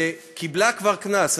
שקיבלה כבר קנס.